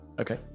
Okay